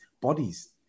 bodies